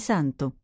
Santo